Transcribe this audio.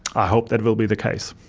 i hope that will be the case.